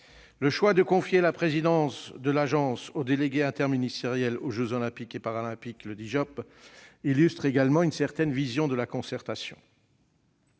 Le choix de confier la présidence de l'Agence au Délégué interministériel aux jeux Olympiques et Paralympiques, ou Dijop, illustre également une certaine vision de la concertation.